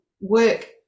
work